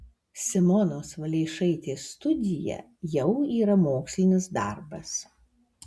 simonos valeišaitės studija jau yra mokslinis darbas